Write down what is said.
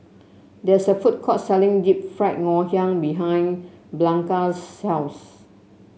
there is a food court selling Deep Fried Ngoh Hiang behind Blanca's house